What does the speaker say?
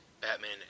batman